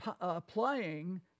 applying